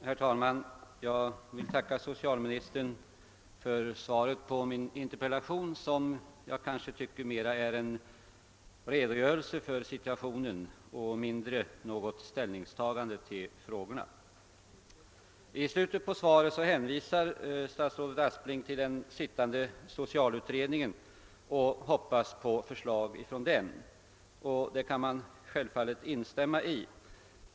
Herr talman! Jag ber att få tacka socialministern för svaret på min interpellation, ett svar som jag dock tycker är mera en redogörelse för situationen och mindre ett ställningstagande till frågorna. I slutet av svaret hänvisar statsrådet Aspling till den sittande socialutredningen och hoppas på förslag därifrån. Det kan man självfallet instämma i.